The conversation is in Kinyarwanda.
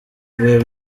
bihe